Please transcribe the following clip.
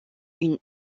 une